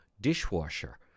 dishwasher